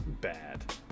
bad